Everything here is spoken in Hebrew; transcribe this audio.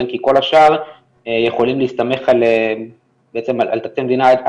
כי כל השאר יכולים להסתמך על עצם תקציב המדינה.